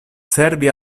servi